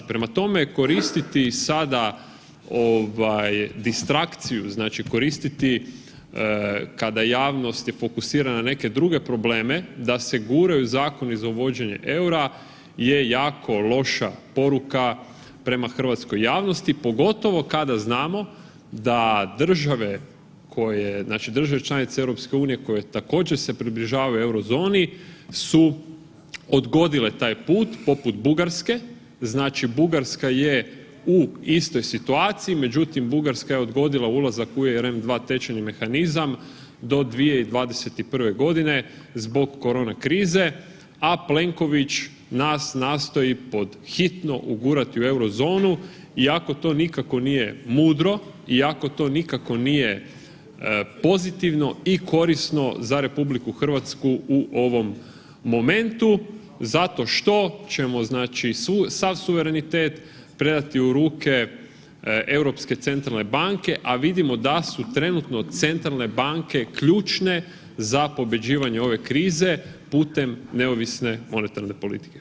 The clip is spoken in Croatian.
Prema tome, koristiti sada ovaj distrakciju, znači koristiti kada javnost je fokusirana na neke druge probleme da se guraju zakoni za uvođenje EUR-a je jako loša poruka prema hrvatskoj javnosti, pogotovo kada znamo da države koje, znači države članice EU koje također se približavaju Eurozoni su odgodile taj put poput Bugarske, znači Bugarska je u istoj situaciji, međutim Bugarska je odgodila ulazak u EREM 2 tečajni mehanizam do 2021.g. zbog korona krize, a Plenković nas nastoji pod hitno ugurati u Eurozonu iako to nikako nije mudro, iako to nikako nije pozitivno i korisno za RH u ovom momentu zato što ćemo znači sav suverenitet predati u ruke Europske centralne banke, a vidimo da su trenutno centralne banke ključne za pobjeđivanje ove krize putem neovisne monetarne politike.